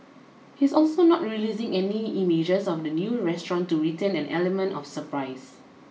he's also not releasing any images of the new restaurant to retain an element of surprise